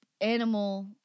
animal